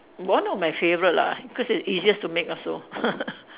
one of my favourite lah cause it's easiest to make also